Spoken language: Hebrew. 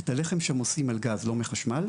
את הלחם שם עושים על גז, לא מחשמל,